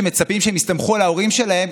שמצפים שהם יסתמכו על ההורים שלהם,